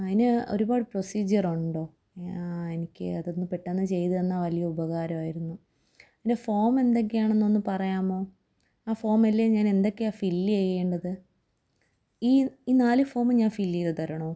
അതിന് ഒരുപാട് പ്രോസിജിയറുണ്ടോ എനിക്ക് അതൊന്ന് പെട്ടെന്ന് ചെയ്ത് തന്നാല് വലിയ ഉപകാരമായിരുന്നു പിന്നെ ഫോം എന്തൊക്കെയാണെന്നൊന്ന് പറയാമോ ആ ഫോമില് ഞാൻ എന്തൊക്കെയാ ഫില്ലേയേണ്ടത് ഈ നാലു ഫോമും ഞാൻ ഫില്ലേയ്ത് തരണോ